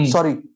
Sorry